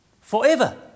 forever